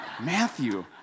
Matthew